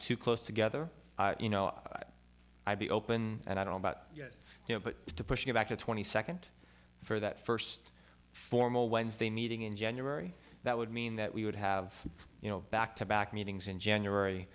too close together you know i'd be open and i don't but yes you know but to push it back to twenty second for that first formal wednesday meeting in january that would mean that we would have you know back to back meetings in january